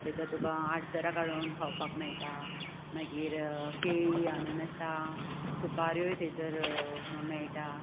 थंय आतां तुका आडसरां काडून खावपाक मेळटा मागीर केळी अननसां सुपाऱ्यो थंयसर मेळटा